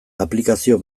aplikazio